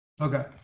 Okay